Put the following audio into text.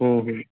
हूँ हूँ